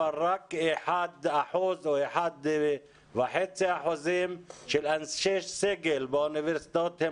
אבל רק 1% או 1.5% של אנשי סגל באוניברסיטאות הם